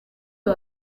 uyu